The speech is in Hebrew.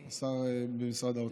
יש שר, השר במשרד האוצר.